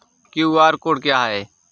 QR code क्या है?